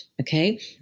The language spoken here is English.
okay